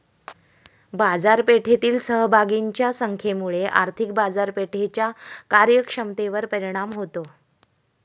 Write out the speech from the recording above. बाजारपेठेतील सहभागींच्या संख्येमुळे आर्थिक बाजारपेठेच्या कार्यक्षमतेवर परिणाम होतो